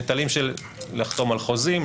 נטלים של לחתום על חוזים,